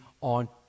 on